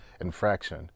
infraction